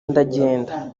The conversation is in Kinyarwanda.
ndagenda